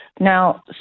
now